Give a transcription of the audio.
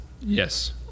Yes